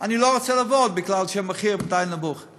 אני לא רוצה לעבוד מפני שהמחיר נמוך מדי.